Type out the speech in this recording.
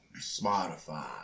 Spotify